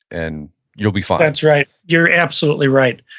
and you'll be fine that's right. you're absolutely right.